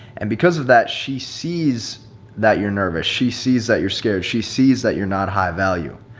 and because of that, she sees that you're nervous, she sees that you're scared, she sees that you're not high value.